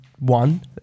One